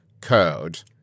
code